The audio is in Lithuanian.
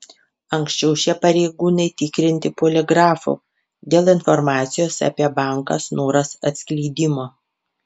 anksčiau šie pareigūnai tikrinti poligrafu dėl informacijos apie banką snoras atskleidimo